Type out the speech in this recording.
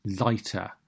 lighter